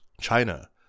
China